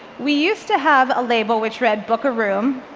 we used to have a label which read, book a room,